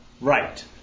Right